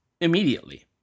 immediately